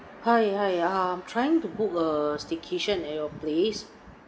hi hi hmm I'm trying to book a staycation at your place